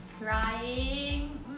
Crying